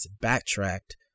backtracked